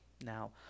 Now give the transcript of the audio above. Now